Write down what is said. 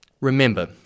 Remember